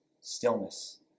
stillness